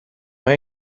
mae